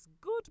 good